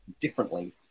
differently